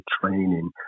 training